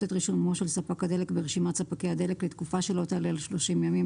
את רישומו של ספק הדלק ברשימת ספקי הדלק לתקופה שלא תעלה על 30 ימים,